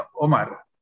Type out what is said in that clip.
Omar